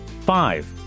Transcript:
Five